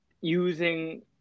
using